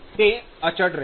તે અચળ રહેશે